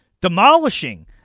Demolishing